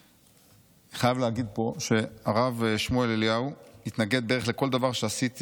אני חייב להגיד פה שהרב שמואל אליהו התנגד בערך לכל דבר שעשיתי